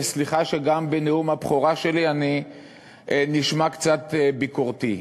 וסליחה שגם בנאום הבכורה שלי אני נשמע קצת ביקורתי.